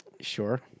sure